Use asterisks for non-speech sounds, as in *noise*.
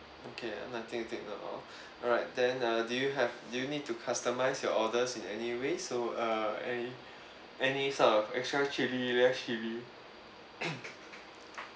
okay nothing to take note of *breath* alright then uh do you have do you need to customise your orders in any ways so err any any sort of extra chilli less chilli *coughs*